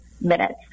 minutes